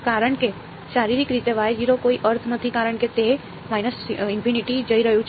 કારણ કે શારીરિક રીતે કોઈ અર્થ નથી કારણ કે તે જઈ રહ્યું છે